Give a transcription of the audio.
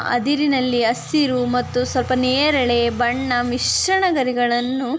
ಅದಿರಿನಲ್ಲಿ ಹಸಿರು ಮತ್ತು ಸ್ವಲ್ಪ ನೇರಳೆ ಬಣ್ಣ ಮಿಶ್ರಣ ಗರಿಗಳನ್ನು